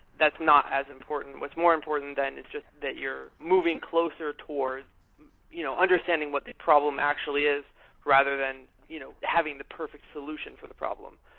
that's not as important. what's more important then is just that you're moving closer towards you know understanding what the problem actually is rather than you know having the perfect solution for the problem.